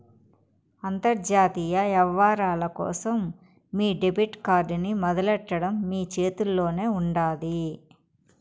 అంతర్జాతీయ యవ్వారాల కోసం మీ డెబిట్ కార్డ్ ని మొదలెట్టడం మీ చేతుల్లోనే ఉండాది